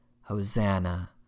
Hosanna